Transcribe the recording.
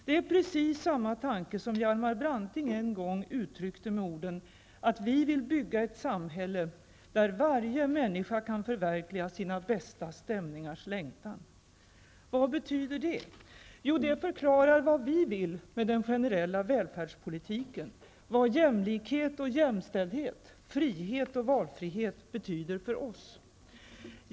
Det är precis samma tanke som Hjalmar Branting en gång uttryckte med orden: ''Vi vill bygga ett samhälle där varje människa kan förverkliga sina bästa stämningars längtan.'' Vad betyder det? Jo, det förklarar vad vi vill med den generella välfärdspolitiken, vad jämlikhet och jämställdhet, frihet och valfrihet betyder för oss.